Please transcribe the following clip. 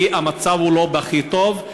כי המצב לא בכי טוב.